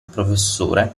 professore